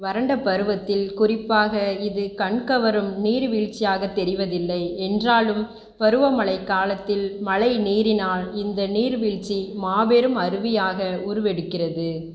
வறண்ட பருவத்தில் குறிப்பாக இது கண்கவரும் நீர்வீழ்ச்சியாகத் தெரிவதில்லை என்றாலும் பருவமழைக் காலத்தில் மழை நீரினால் இந்த நீர்வீழ்ச்சி மாபெரும் அருவியாக உருவெடுக்கிறது